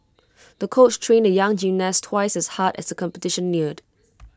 the coach trained the young gymnast twice as hard as the competition neared